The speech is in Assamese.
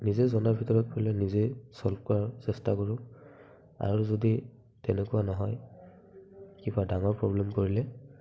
নিজে জনাৰ ভিতৰত পৰিলে নিজে ছল্ভ কৰাৰ চেষ্টা কৰোঁ আৰু যদি তেনেকুৱা নহয় কিবা ডাঙৰ প্ৰব্লেম কৰিলে